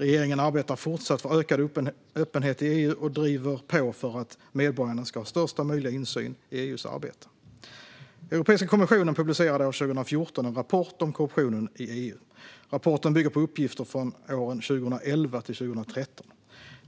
Regeringen arbetar fortsatt för ökad öppenhet i EU och driver på för att medborgarna ska ha största möjliga insyn i EU:s arbete. Europeiska kommissionen publicerade år 2014 en rapport om korruptionen i EU. Rapporten bygger på uppgifter från åren 2011 till 2013.